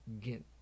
get